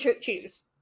choose